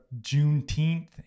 Juneteenth